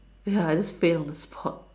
ya I just faint on the spot